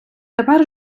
тепер